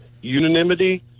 unanimity